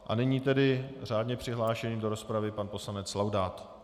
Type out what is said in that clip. A nyní tedy řádně přihlášený do rozpravy pan poslanec Laudát.